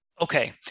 Okay